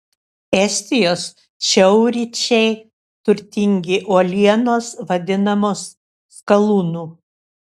estijos šiaurryčiai turtingi uolienos vadinamos skalūnu